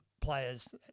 players